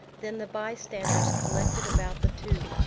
then the bystanders collected about the two.